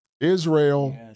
Israel